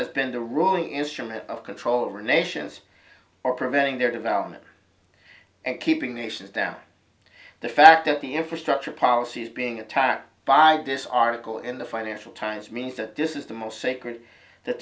says been the ruling instrument of control over nations or preventing their development and keeping nations down the fact that the infrastructure policy is being attacked by this article in the financial times means that this is the most sacred that